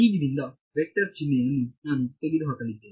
ಈಗಿನಿಂದ vector ಚಿಹ್ನೆಯನ್ನು ನಾನು ತೆಗೆದುಹಾಕಲಿದ್ದೇನೆ